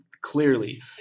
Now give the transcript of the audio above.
clearly